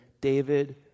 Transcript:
David